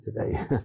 today